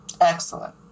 Excellent